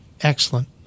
excellent